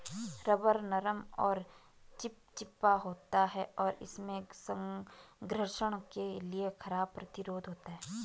rubber नरम और चिपचिपा होता है, और इसमें घर्षण के लिए खराब प्रतिरोध होता है